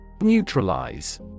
Neutralize